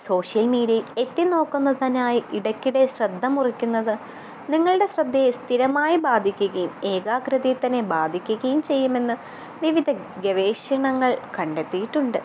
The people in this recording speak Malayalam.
സോഷ്യൽ മീഡ്യേൽ എത്തിനോക്കുന്നതിനായി ഇടക്കിടെ ശ്രദ്ധ മുറിക്കുന്നത് നിങ്ങളുടെ ശ്രദ്ധയെ സ്ഥിരമായി ബാധിക്കുകയും ഏകാഗ്രതയെത്തന്നെ ബാധിക്കുകയും ചെയ്യുമെന്ന് വിവിധ ഗവേഷണങ്ങൾ കണ്ടെത്തിയിട്ടുണ്ട്